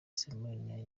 simoni